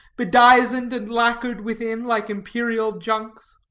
bedizened and lacquered within like imperial junks.